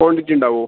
ക്വാണ്ടിറ്റിയുണ്ടാവോ